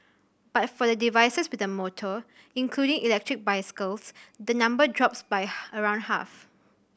but for the devices with a motor including electric bicycles the number drops by around half